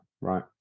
right